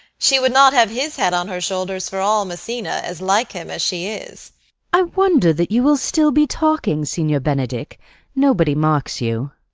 she would not have his head on her shoulders for all messina, as like him as she is i wonder that you will still be talking, signior benedick nobody marks you.